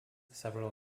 several